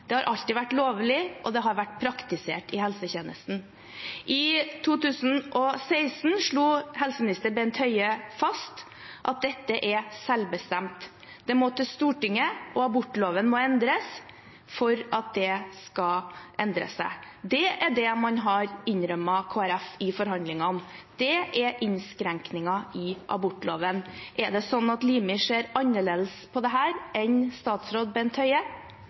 Det har alltid vært lovlig, og det har vært praktisert i helsetjenesten. I 2016 slo helseminister Bent Høie fast at dette er selvbestemt. Det må til Stortinget, og abortloven må endres for at det skal endre seg. Det er det man har innrømmet Kristelig Folkeparti i forhandlingene, det er innskrenkninger i abortloven. Er det sånn at Limi ser annerledes på dette enn statsråd Bent Høie?